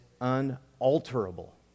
unalterable